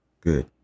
Good